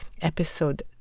episode